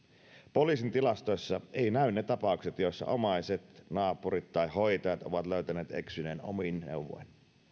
poliisin tilastoissa eivät näy ne ta paukset joissa omaiset naapurit tai hoitajat ovat löytäneet eksyneen omin neuvoin